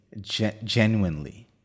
genuinely